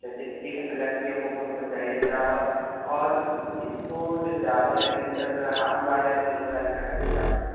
चलिए ठीक है तो लक्की भोग हमको चाहिए चावल और इसको जो चावल है किस तरह का हाफ बॉइल है या फुल बॉइल का है चावल